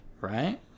right